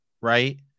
right